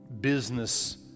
business